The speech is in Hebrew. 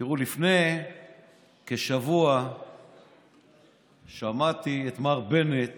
תראו, לפני כשבוע שמעתי את מר בנט